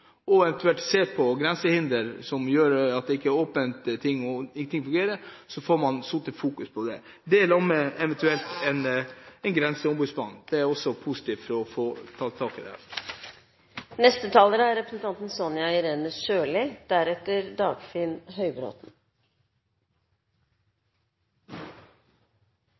og se på grensehindre, der det ikke er åpent og fungerer, og man kunne fått fokus på det – eventuelt sammen med en grenseombudsmann. Det ville vært positivt for å ta tak i dette. Det